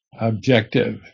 objective